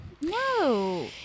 No